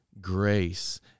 grace